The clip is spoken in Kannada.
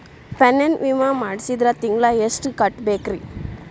ಪೆನ್ಶನ್ ವಿಮಾ ಮಾಡ್ಸಿದ್ರ ತಿಂಗಳ ಎಷ್ಟು ಕಟ್ಬೇಕ್ರಿ?